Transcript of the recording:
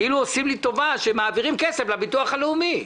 כאילו עושים לי טובה שמעבירים כסף לביטוח הלאומי.